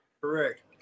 Correct